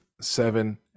Seven